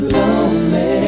lonely